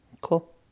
Cool